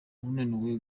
unaniwe